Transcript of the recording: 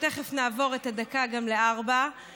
ותכף נעבור את הדקה גם ל-04:00,